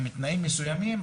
עם תנאים מסוימים,